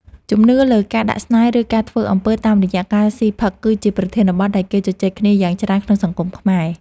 ជំនឿលើការដាក់ស្នេហ៍ឬការធ្វើអំពើតាមរយៈការស៊ីផឹកគឺជាប្រធានបទដែលគេជជែកគ្នាយ៉ាងច្រើនក្នុងសង្គមខ្មែរ។